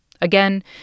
Again